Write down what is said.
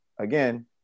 again